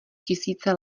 tisíce